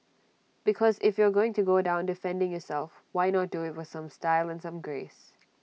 because if you are going to go down defending yourself why not do IT with some style and some grace